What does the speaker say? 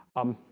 um,